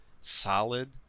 solid